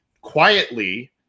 quietly